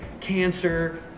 Cancer